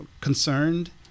concerned